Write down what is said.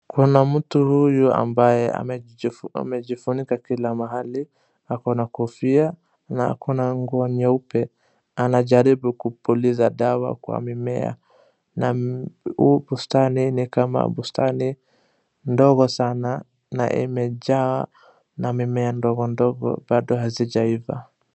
Kuna mtu huyu ambaye amejifunika kila mahali, ako na kofia na ako na nguo nyeupe, anajaribu kupuliza dawa kwa mimea na huu bustani ni kama bustani ndogo sana na imejaa na mimea ndogo ndogo bado hazijaiva.